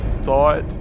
thought